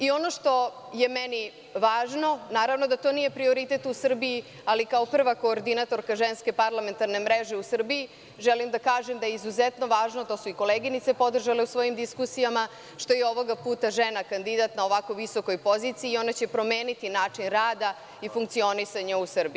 Ono što je meni važno, naravno da to nije prioritet u Srbiji, ali kao prva koordinatorka Ženske parlamentarne mreže u Srbiji želim da kažem da je izuzetno važno, to su i koleginice podržale u svojim diskusijama, što je i ovoga puta žena kandidat na ovako visokoj poziciji i ona će promeniti način rada i funkcionisanja u Srbiji.